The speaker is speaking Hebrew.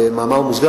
במאמר מוסגר,